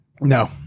No